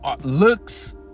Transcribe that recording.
Looks